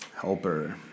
helper